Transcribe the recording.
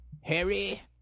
Harry